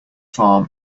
farm